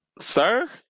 Sir